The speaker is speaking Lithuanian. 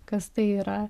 kas tai yra